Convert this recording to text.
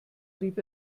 rieb